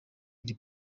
iri